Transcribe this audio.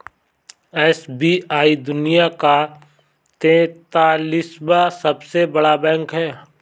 SBI दुनिया का तेंतालीसवां सबसे बड़ा बैंक है